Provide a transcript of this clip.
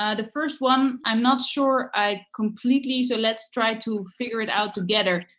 ah the first one, i'm not sure i completely, so let's try to figure it out together.